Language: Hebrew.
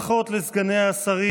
ברכות לסגני השרים.